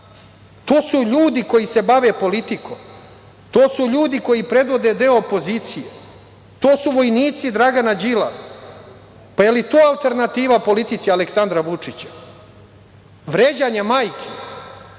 to su ljudi koji se bave politikom. To su ljudi koji predvode deo opozicije. To su vojnici Dragana Đilasa. Pa, da li je to alternativa politici Aleksandra Vučića. Vređanje majki,